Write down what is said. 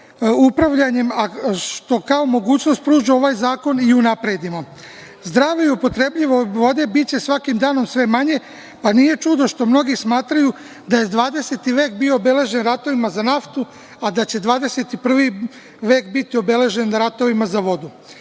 upravljanjem, što kao mogućnost pruža ovaj zakona, i unapredimo. Zdrave i upotrebljive vode biće svakim danom sve manje, pa nije čudo što mnogi smatraju da je 20. vek bio obeležen ratovima za naftu, a da će 21. vek biti obeležen ratovima za vodu. Kakvo